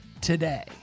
today